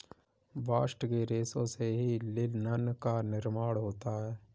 bast के रेशों से ही लिनन का भी निर्माण होता है